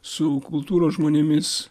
su kultūros žmonėmis